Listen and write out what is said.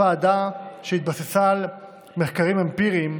הוועדה התבססה על מחקרים אמפיריים.